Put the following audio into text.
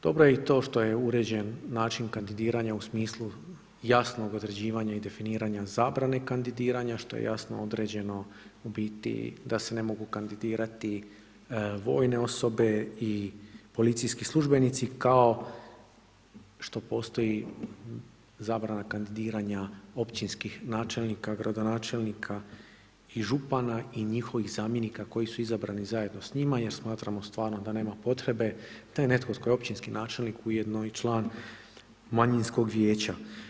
Dobro je i to što je uređen način kandidiranja u smislu jasnog određivanja i definiranja zabrane kandidiranja što je jasno određeno u biti da se ne mogu kandidirati vojne osobe i policijski službenici kao što postoji zabrana kandidiranja općinskih načelnika, gradonačelnika i župana i njihovih zamjenika koji su izabrani zajedno s njima jer smatramo stvarno da nema potrebe da je netko tko je općinski načelnik ujedno i član manjinskog vijeća.